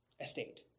estate